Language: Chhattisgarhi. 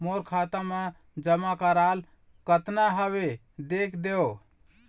मोर खाता मा जमा कराल कतना हवे देख देव?